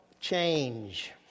change